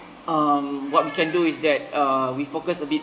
um what we can do is that uh we focus a bit